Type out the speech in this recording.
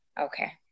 Okay